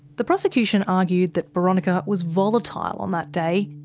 the prosecution argued that boronika was volatile on that day.